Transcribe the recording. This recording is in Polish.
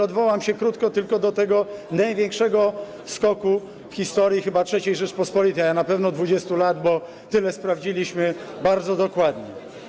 Odwołam się krótko tylko do tego największego skoku w historii chyba III Rzeczypospolitej, a na pewno 20 lat, bo tyle sprawdziliśmy bardzo dokładnie.